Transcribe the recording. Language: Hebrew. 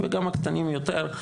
וגם הקטנים יותר,